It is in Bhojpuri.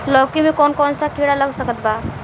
लौकी मे कौन कौन सा कीड़ा लग सकता बा?